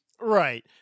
Right